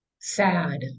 sad